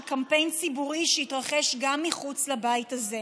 קמפיין ציבורי שהתרחש גם מחוץ לבית הזה.